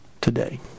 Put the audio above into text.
today